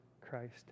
Christ